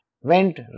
went